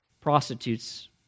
prostitutes